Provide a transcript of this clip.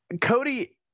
Cody